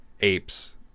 apes